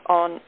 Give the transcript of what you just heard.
on